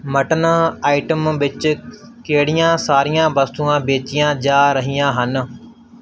mutton item ਵਿੱਚ ਕਿਹੜੀਆਂ ਸਾਰੀਆਂ ਵਸਤੂਆਂ ਵੇਚੀਆਂ ਜਾ ਰਹੀਆਂ ਹਨ